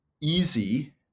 easy